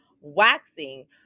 waxing